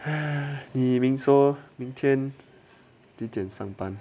说明天几点上班